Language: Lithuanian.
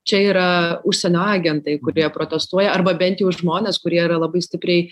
čia yra užsienio agentai kurie protestuoja arba bent jau žmonės kurie yra labai stipriai